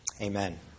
Amen